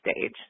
stage